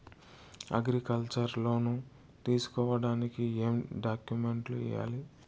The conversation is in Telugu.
అగ్రికల్చర్ లోను తీసుకోడానికి ఏం డాక్యుమెంట్లు ఇయ్యాలి?